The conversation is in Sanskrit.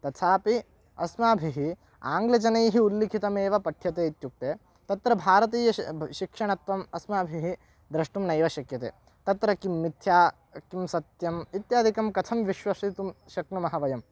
तथापि अस्माभिः आङ्ग्लजनैः उल्लिखितमेव पठ्यते इत्युक्ते तत्र भारतीय शि शिक्षणत्वम् अस्माभिः द्रष्टुं नैव शक्यते तत्र किं मिथ्या किं सत्यम् इत्यादिकं कथं विश्वशितुं शक्नुमः वयं